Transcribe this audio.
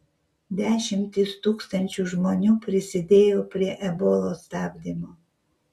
dešimtys tūkstančių žmonių prisidėjo prie ebolos stabdymo